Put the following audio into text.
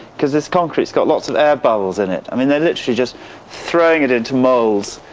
because this concrete's got lots of air bubbles in it. i mean they're literally just throwing it into moulds,